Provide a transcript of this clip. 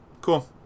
Cool